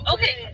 Okay